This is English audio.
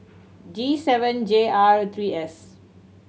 G seven J R three S